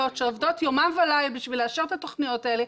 שעובדות יומם ולילה בשביל לאשר את התוכניות האלה,